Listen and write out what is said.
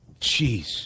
jeez